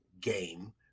game